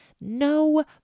no